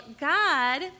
God